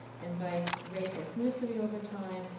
and by race ethnicity over time.